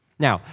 Now